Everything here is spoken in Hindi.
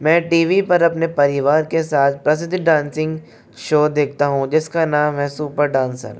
मैं टी वी पर अपने परिवार के साथ प्रसिद्ध डांसिंग शो देखता हूँ जिसका नाम है सुपर डान्सर